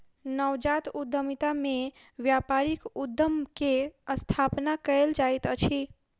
नवजात उद्यमिता में व्यापारिक उद्यम के स्थापना कयल जाइत अछि